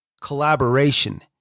collaboration